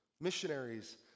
missionaries